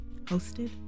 Hosted